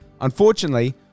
Unfortunately